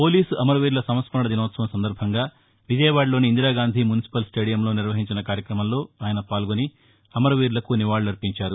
police అమరవీరుల సంస్కరణ దినోత్సవం సందర్భంగా విజయవాడలోని ఇందిరాగాంధీ మున్సిపల్ స్టేడియంలో నిర్వహించిన కార్యక్రమంలో ఆయన పాల్గొని అమరవీరులకు నివాళులర్పించారు